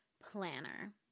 planner